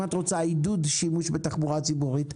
אם את רוצה עידוד שימוש בתחבורה הציבורית,